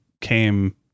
came